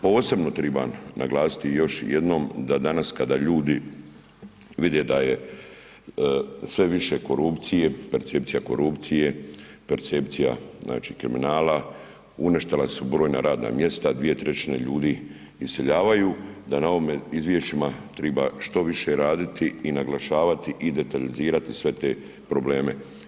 Posebno trebam naglasiti i još jednom da danas kada ljudi vide da je sve više korupcije, percepcija korupcije, percepcija znači kriminala, uništila su brojna radna mjesta, 2/3 ljudi iseljavaju, da na ovim izvješćima treba što više raditi i naglašavati i detaljizirati sve te probleme.